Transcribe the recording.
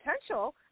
potential